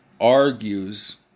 argues